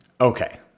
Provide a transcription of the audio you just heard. Okay